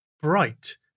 bright